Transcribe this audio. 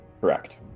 Correct